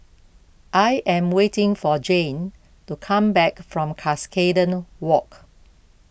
I am waiting for Jane to come back from Cuscaden Walk